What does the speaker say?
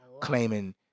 claiming